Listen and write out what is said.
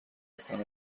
هستند